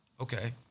okay